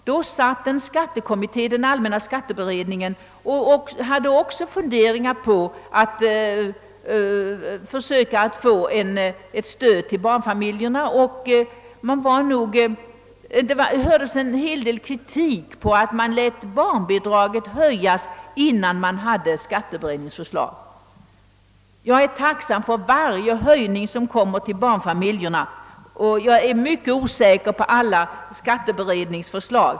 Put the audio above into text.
Just då umgicks allmänna skatteberedningen med funderingar på att åstadkomma ett stöd till barnfamiljerna, varför en hel del kritik restes mot att man höjde barnbidraget, innan man hade tillgång till skatteberedningens förslag. Alla vet hur det avlöpte. Jag måste säga att jag är tacksam för varje höjning som kommer barnfamiljerna till godo, och jag ställer mig skeptisk till förslag från skatteberedningar.